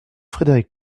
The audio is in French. frédéric